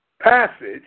passage